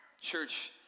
Church